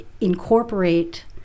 incorporate